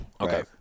Okay